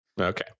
Okay